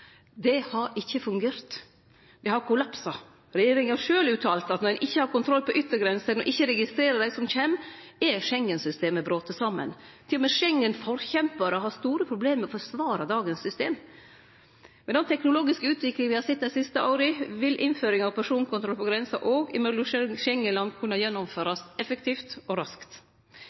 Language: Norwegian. Det har ikkje fungert. Det har kollapsa. Regjeringa sjølv uttalte at når ein ikkje har kontroll på yttergrensene og ikkje registrerer dei som kjem, er Schengen-systemet brote saman. Til og med Schengen-forkjemparar har store problem med å forsvare dagens system. Med den teknologiske utviklinga me har sett dei siste åra, vil innføringa av personkontroll på grensa også mellom Schengen-land kunne gjennomførast effektivt og raskt.